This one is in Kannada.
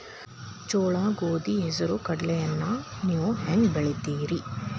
ಜೋಳ, ಗೋಧಿ, ಹೆಸರು, ಕಡ್ಲಿಯನ್ನ ನೇವು ಹೆಂಗ್ ಬೆಳಿತಿರಿ?